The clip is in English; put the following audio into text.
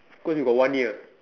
cause we got one year